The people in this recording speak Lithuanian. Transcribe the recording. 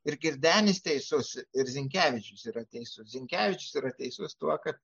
ir girdenis teisus ir zinkevičius yra teisus zinkevičius yra teisus tuo kad